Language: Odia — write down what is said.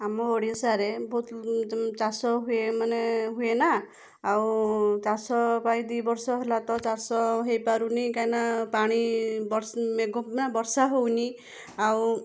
ଆମ ଓଡ଼ିଶାରେ ବହୁତ ଚାଷ ହୁଏ ମାନେ ହୁଏ ନା ଆଉ ଚାଷପାଇଁ ଦୁଇବର୍ଷ ହେଲା ତ ଚାଷ ହେଇପାରୁନି କାହିଁକିନା ପାଣି ନା ବର୍ଷା ହଉନି ଆଉ